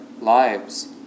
lives